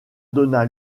donna